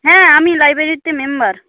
হ্যাঁ আমি লাইব্রেরিতে মেম্বার